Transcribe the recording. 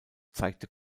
zeigt